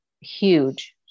huge